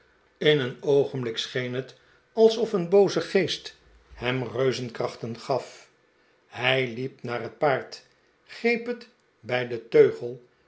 in een oogenblik scheen het alsof een booze geest hem reuzenkrachten gaf hij liep naar het paard greep het bij den teugel